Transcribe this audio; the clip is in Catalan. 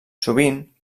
sovint